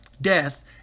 death